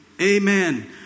Amen